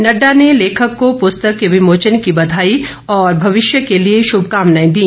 नड़डा ने लेखक को पुस्तक के विमोचन की बधाई और भविष्य के लिए श्भकामनाएं दी